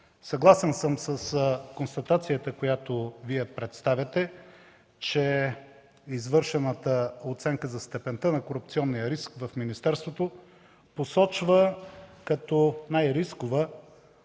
Съгласен съм с констатацията, която Вие представяте, че извършената оценка за степента на корупционния риск в министерството посочва като най-рискова